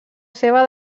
seva